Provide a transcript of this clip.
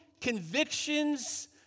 convictions